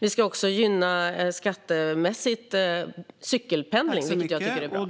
Vi ska också skattemässigt gynna cykelpendling, vilket jag tycker är bra.